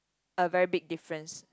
a very big difference